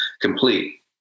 complete